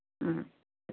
ம்